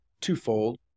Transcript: twofold